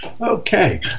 Okay